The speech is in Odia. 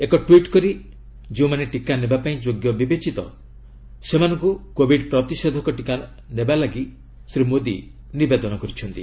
ଏକ ଟ୍ୱିଟ୍ କରି ଯେଉଁମାନେ ଟିକା ନେବା ପାଇଁ ଯୋଗ୍ୟ ବିବେଚିତ ସେମାନଙ୍କୁ କୋବିଡ ପ୍ରତିଷେଧକ ଟିକା ନେବାକୁ ଶ୍ରୀ ମୋଦୀ ନିବେଦନ କରିଛନ୍ତି